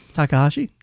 Takahashi